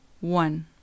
one